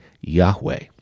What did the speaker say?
Yahweh